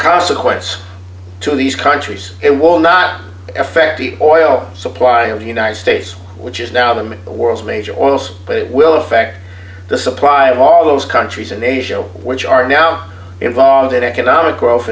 consequence to these countries it will not affect the oil supply of the united states which is now them in the world's major oils but it will affect the supply of all those countries in asia which are now involved in economic growth